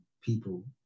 people